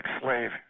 slave